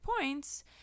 points